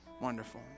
Wonderful